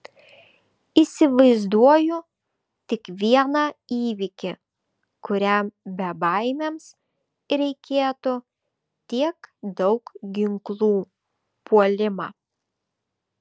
įsivaizduoju tik vieną įvykį kuriam bebaimiams reikėtų tiek daug ginklų puolimą